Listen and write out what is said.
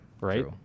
Right